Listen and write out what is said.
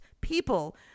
people